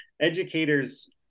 educators